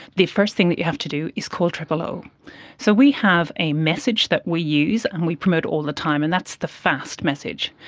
the first thing that you have to do is called zero. so we have a message that we use and we promote all the time and that's the fast message.